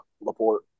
LaPorte